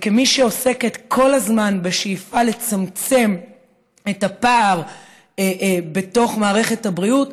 כמי שעוסקת כל הזמן בשאיפה לצמצם את הפער בתוך מערכת הבריאות,